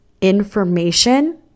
information